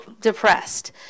depressed